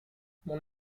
mon